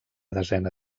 desena